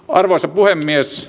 arvoisa puhemies